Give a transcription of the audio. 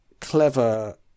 clever